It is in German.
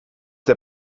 der